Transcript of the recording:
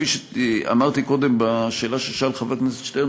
כפי שאמרתי קודם בשאלה ששאל חבר הכנסת שטרן,